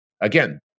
again